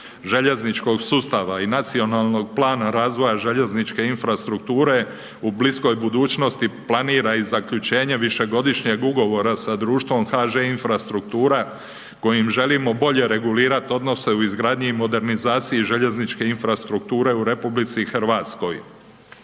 željezničkog sustava i Nacionalnog plana razvoja željezničke infrastrukture u bliskoj budućnosti planira i zaključenje višegodišnjeg ugovora sa društvom HŽ infrastruktura, kojim želimo bolje regulirat odnose u izgradnji i modernizaciji željezničke infrastrukture u Republici Hrvatskoj.